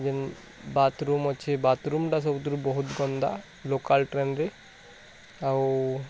ଯେନ୍ ବାଥରୁମ୍ ଅଛି ବାଥରୁମ୍ଟା ସବୁଠାରୁ ବହୁତ ଗନ୍ଦା ଲୋକାଲ୍ ଟ୍ରେନ୍ରେ ଆଉ